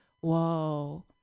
whoa